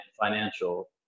financial